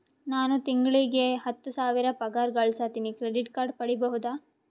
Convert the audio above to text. ನಾನು ತಿಂಗಳಿಗೆ ಹತ್ತು ಸಾವಿರ ಪಗಾರ ಗಳಸತಿನಿ ಕ್ರೆಡಿಟ್ ಕಾರ್ಡ್ ಪಡಿಬಹುದಾ?